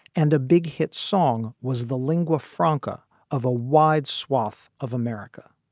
and a big hit song was the lingua franca of a wide swath of america.